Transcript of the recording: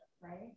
right